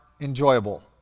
enjoyable